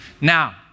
Now